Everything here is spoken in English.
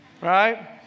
right